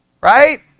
right